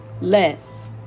less